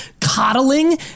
coddling